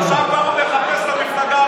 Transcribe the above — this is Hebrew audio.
הוא מעדיף להסתפק במשפט אחד,